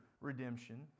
redemption